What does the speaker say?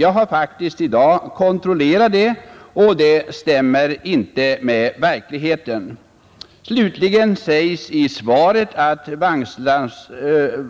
Jag har faktiskt i dag kontrollerat detta, och det stämmer inte i verkligheten. Slutligen sägs i svaret att